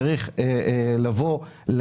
צריך לבוא,